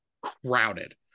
crowded